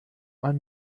man